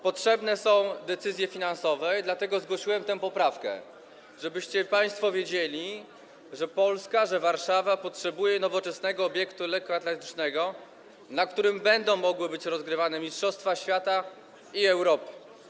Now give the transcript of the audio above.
Potrzebne są decyzje finansowe, dlatego zgłosiłem tę poprawkę, żebyście państwo wiedzieli, że Polska - Warszawa - potrzebuje nowoczesnego obiektu lekkoatletycznego, na którym będą mogły być rozgrywane mistrzostwa świata i Europy.